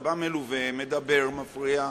אתה בא מלווה, מדבר, מפריע.